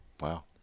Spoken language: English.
Wow